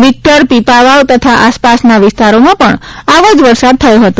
Victor Pipavav તથા આસપાસના વિસ્તારમાં પણ આવો જ વરસાદ થયો હતો